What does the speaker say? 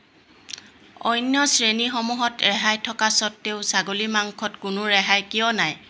অন্য শ্ৰেণীসমূহত ৰেহাই থকা স্বত্তেও ছাগলী মাংসত কোনো ৰেহাই কিয় নাই